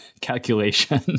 calculation